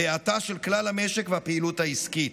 ובהאטה של כלל המשק ושל הפעילות העסקית.